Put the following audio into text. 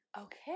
Okay